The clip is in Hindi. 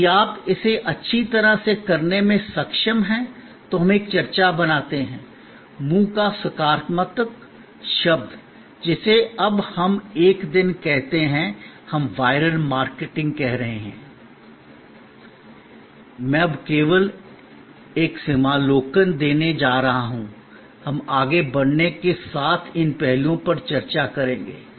यदि आप इसे अच्छी तरह से करने में सक्षम हैं तो हम एक चर्चा बनाते हैं मुंह का सकारात्मक शब्द जिसे अब हम एक दिन कहते हैं हम वायरल मार्केटिंग कह रहे हैं मैं अब केवल एक सिंहावलोकन देने जा रहा हूं हम आगे बढ़ने के साथ इन पहलुओं पर चर्चा करेंगे